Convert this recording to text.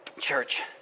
church